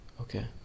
Okay